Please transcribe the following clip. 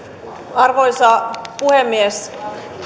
arvoisa puhemies